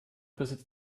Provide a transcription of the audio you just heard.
besitzt